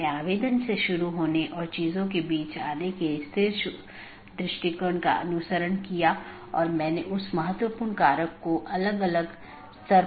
क्योंकि पूर्ण मेश की आवश्यकता अब उस विशेष AS के भीतर सीमित हो जाती है जहाँ AS प्रकार की चीज़ों या कॉन्फ़िगरेशन को बनाए रखा जाता है